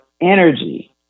energy